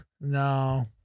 No